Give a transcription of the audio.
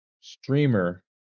streamer